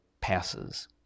passes